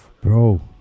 bro